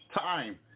time